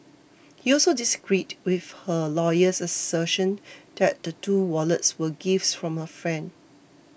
he also disagreed with her lawyer's assertion that the two wallets were gifts from her friend